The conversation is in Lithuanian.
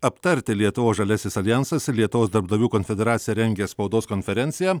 aptarti lietuvos žaliasis aljansas ir lietuvos darbdavių konfederacija rengia spaudos konferenciją